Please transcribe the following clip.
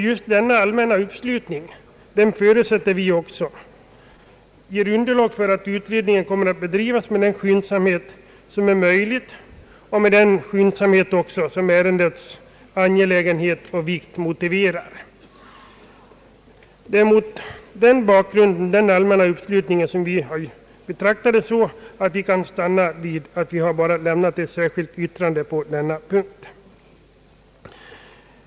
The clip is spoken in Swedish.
Just denna allmänna uppslutning — det förutsätter vi — ger underlag för att utredningen kommer att bedrivas med den skyndsamhet som är möjlig och som ärendets vikt motiverar. Det är mot bakgrunden av denna allmänna uppslutning som vi har ansett oss kunna stanna vid att bara lämna ett särskilt yttrande på denna punkt.